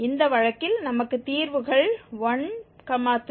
இந்த வழக்கில் நமக்கு தீர்வுகள் 1 3 மற்றும் −98 உள்ளன